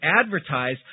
advertise